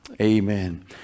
Amen